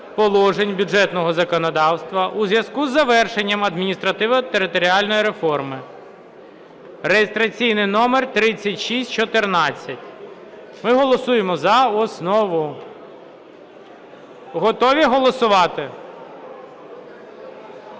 положень бюджетного законодавства у зв'язку із завершенням адміністративно-територіальної реформи (реєстраційний номер 3614). Ми голосуємо за основу. Готові голосувати? Прошу підтримати